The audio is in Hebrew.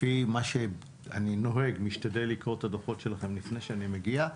לפי מה שאני נוהג להשתדל לקרוא את הדוחות שלהם לפני שאני מגיע.